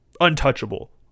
untouchable